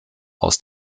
aus